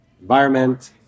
environment